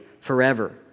forever